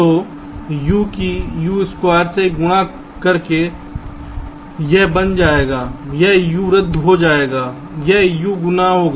तो U की U2 से गुणा करके यह बन जाएगा एक U रद्द हो जाएगा यह U गुना होगा